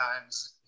times